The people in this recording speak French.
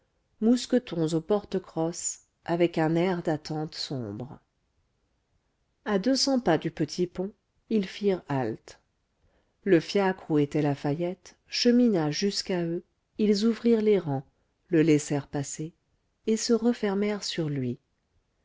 mousquetons aux porte crosse avec un air d'attente sombre à deux cents pas du petit pont ils firent halte le fiacre où était lafayette chemina jusqu'à eux ils ouvrirent les rangs le laissèrent passer et se refermèrent sur lui